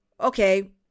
Okay